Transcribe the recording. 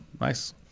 nice